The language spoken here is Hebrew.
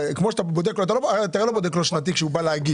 אתה לא בודק לו שנתי כשהוא בא להגיש